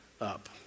up